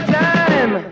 time